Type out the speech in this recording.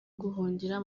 guhungira